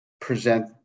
present